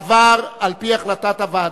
עבר על-פי החלטת הוועדה.